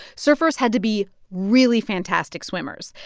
surfers had to be really fantastic swimmers.